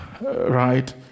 Right